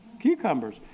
Cucumbers